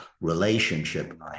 relationship